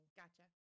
gotcha